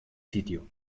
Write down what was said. sitio